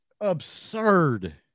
Absurd